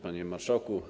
Panie Marszałku!